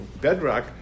bedrock